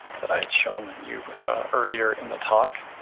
that i had shown you earlier in the talk.